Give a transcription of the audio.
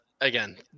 again